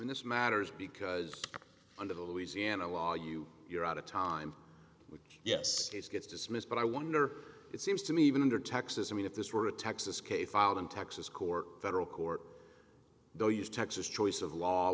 i mean this matters because under the louisiana law you you're out of time which yes case gets dismissed but i wonder it seems to me even under texas i mean if this were a texas case filed in texas court federal court they'll use texas choice of law